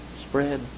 spread